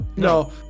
No